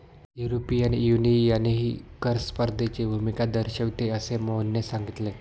European युनियनही कर स्पर्धेची भूमिका दर्शविते, असे मोहनने सांगितले